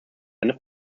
eine